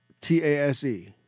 T-A-S-E